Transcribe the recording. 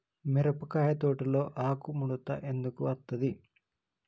మిరపకాయ తోటలో ఆకు ముడత ఎందుకు అత్తది?